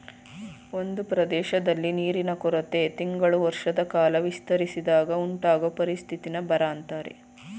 ಒಂದ್ ಪ್ರದೇಶ್ದಲ್ಲಿ ನೀರಿನ ಕೊರತೆ ತಿಂಗಳು ವರ್ಷದಕಾಲ ವಿಸ್ತರಿಸಿದಾಗ ಉಂಟಾಗೊ ಪರಿಸ್ಥಿತಿನ ಬರ ಅಂತಾರೆ